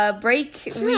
break